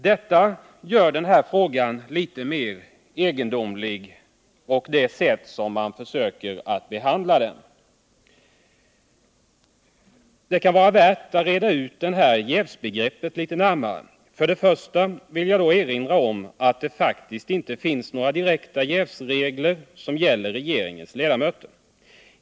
Detta gör den här frågan litet egendomlig — och även det sätt man försöker behandla den på. Det kan vara värt att försöka reda ut jävsbegreppet litet närmare. För det första vill jag erinra om att det faktiskt inte finns några direkta jävsregler som gäller regeringsledamöter.